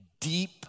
deep